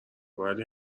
ولی